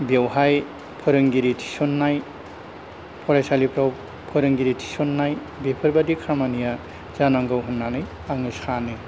बेवहाय फोरोंगिरि थिसननाय फरायसालिफ्राव फोरोंगिरि थिसननाय बेफोरबायदि खामानिया जानांगौ होननानै आङो सानो